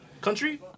Country